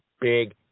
big